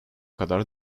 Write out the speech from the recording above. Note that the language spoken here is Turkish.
kadar